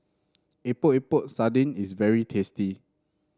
Epok Epok Sardin is very tasty